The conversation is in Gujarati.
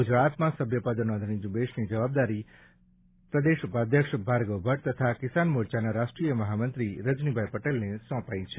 ગુજરાતમાં સભ્યપદ નોંધણી ઝુંબેશની જવાબદારી પ્રવેશ ઉપાધ્યક્ષ ભાર્ગવ ભટ્ટ તથા કિસાન મોરચાના રાષ્ટ્રીય મહામંત્રી રજનીભાઇ પટેલને સોંપાઇ છે